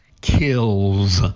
kills